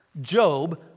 Job